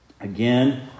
Again